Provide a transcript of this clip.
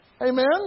Amen